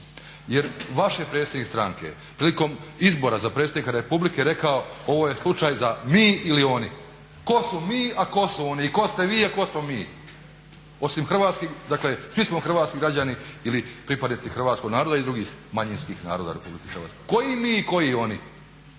Jer vaš je predsjednik stranke prilikom izbora za predsjednika Republike rekao ovo je slučaj za mi ili oni. Tko smo mi, a tko su oni? I tko ste vi, a tko smo mi? Dakle, svi smo hrvatski građani ili pripadnici hrvatskog naroda i drugih manjinskih naroda u RH. Koji mi i koji oni?